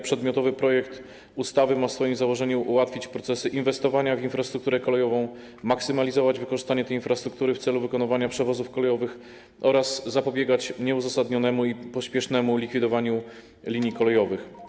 Przedmiotowy projekt ustawy ma w swoim założeniu ułatwić procesy inwestowania w infrastrukturę kolejową, maksymalizować wykorzystanie tej infrastruktury w celu wykonywania przewozów kolejowych oraz zapobiegać nieuzasadnionemu i pospiesznemu likwidowaniu linii kolejowych.